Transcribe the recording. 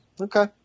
Okay